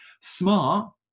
smart